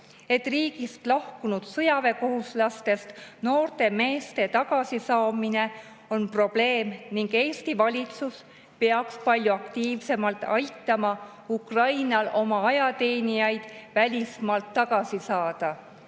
et riigist lahkunud sõjaväekohuslastest noorte meeste tagasisaamine on probleem ning Eesti valitsus peaks palju aktiivsemalt aitama Ukrainal oma ajateenijaid välismaalt tagasi saada.